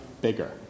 bigger